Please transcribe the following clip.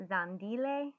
Zandile